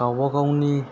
गावबा गावनि